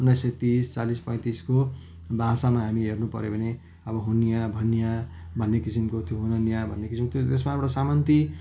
उन्नाइस सय तिस चालिस पैँतिसको भाषामा हामी हेर्नु पर्यो भने हुनिया भनिया भन्ने किसिमको थियो हुननिया भन्ने किसिमको थियो त्यसमा एउटा सामन्ती लवज